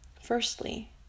Firstly